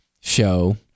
show